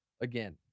again